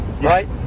right